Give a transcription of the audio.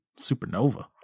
supernova